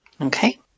Okay